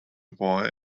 boy